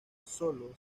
sólo